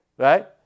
Right